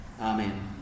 Amen